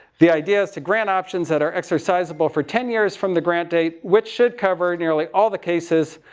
the idea is to grant options that are exercisable for ten years from the grant date, which should cover, and you know like, all the cases